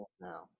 now